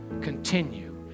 continue